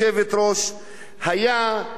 תמיד,